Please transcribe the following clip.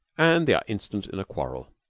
and they are instant in a quarrel.